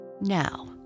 Now